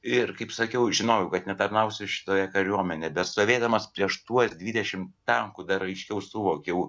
ir kaip sakiau žinojau kad netarnausiu šitoje kariuomenėje bet stovėdamas prieš tuos dvidešimt tankų dar aiškiau suvokiau